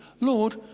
Lord